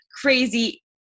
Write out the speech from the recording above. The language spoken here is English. crazy